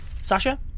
Sasha